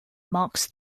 marks